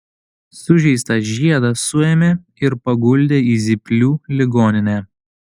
sužeistą žiedą suėmė ir paguldė į zyplių ligoninę